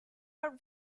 are